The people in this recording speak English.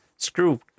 screw